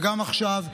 וגם עכשיו,